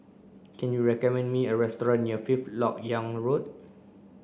can you recommend me a restaurant near Fifth Lok Yang Road